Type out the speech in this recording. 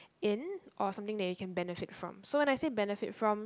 in or something that you can benefit from so when I say benefit from